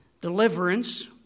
deliverance